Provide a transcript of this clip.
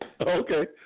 Okay